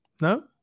no